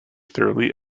thoroughly